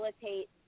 facilitate